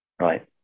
right